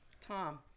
Tom